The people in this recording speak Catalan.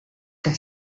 que